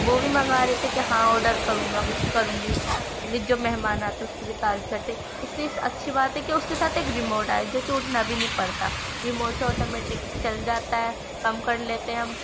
وہ بھی منگا رہی تھی کہ ہاں آرڈر کروں گا کروں گی جب مہمان آتے اس کی بھی تعریف کرتے اس سے اچھی بات ہے کہ اس کے ساتھ ایک ریموٹ آیا جو کہ اٹھنا بھی نہیں پڑتا ریموٹ سے آٹو میٹک چل جاتا ہے کم کر لیتے ہیں ہم